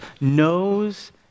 knows